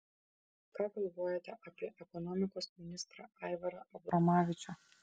ką galvojate apie ekonomikos ministrą aivarą abromavičių